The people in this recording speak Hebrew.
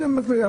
ביחד.